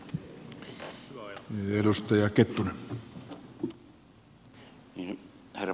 herra puhemies